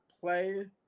play